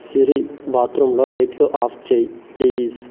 సిరి బాత్రూమ్లో లైట్లు ఆఫ్ చేయి ప్లీజ్